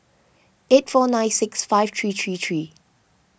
eight four nine six five three three three